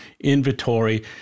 inventory